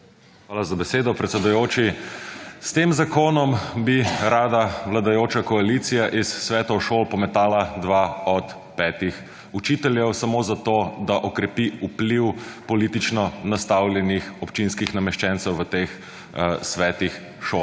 Hvala za besedo, predsedujoči. S tem zakonom bi rada vladajoča koalicija iz svetov šol pometala dva od petih učiteljev samo zato, da okrepi vpliv politično nastavljenih občinskih nameščencev v teh svetih šol.